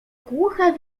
głuche